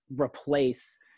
replace